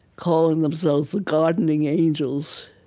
calling themselves the gardening angels,